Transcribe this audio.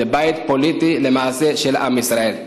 זה למעשה בית פוליטי של עם ישראל.